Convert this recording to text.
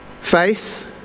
Faith